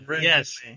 Yes